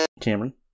cameron